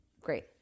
great